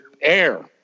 air